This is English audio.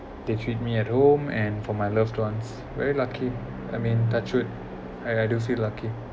they treat me at home and for my loved ones very lucky I mean touch wood and I do feel lucky